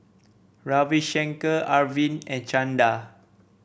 Ravi Shankar Arvind and Chanda